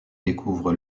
découvre